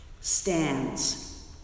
Stands